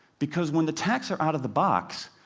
because when the tacks are out of the box,